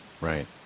right